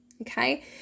okay